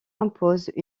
impose